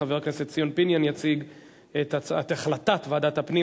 חבר הכנסת ציון פיניאן יציג את החלטת ועדת הפנים